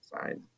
side